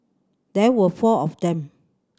there were four of them